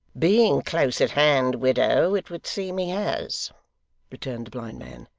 being close at hand, widow, it would seem he has returned the blind man.